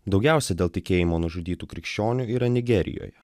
daugiausia dėl tikėjimo nužudytų krikščionių yra nigerijoje